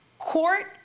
Court